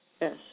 Yes